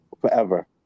forever